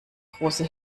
große